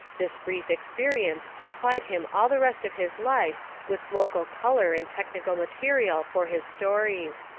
this brief ex perience supplied him all the rest of his life with local colour and technical material for his stories.